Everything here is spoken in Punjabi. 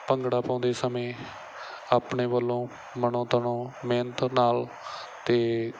ਭੰਗੜਾ ਪਾਉਂਦੇ ਸਮੇਂ ਆਪਣੇ ਵੱਲੋਂ ਮਨੋ ਤਨੋ ਮਿਹਨਤ ਨਾਲ ਅਤੇ